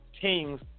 teams